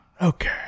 Okay